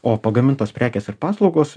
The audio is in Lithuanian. o pagamintos prekės ir paslaugos